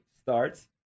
starts